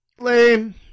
Lame